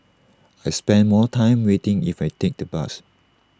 I'll spend more time waiting if I take the bus